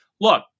look